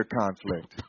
conflict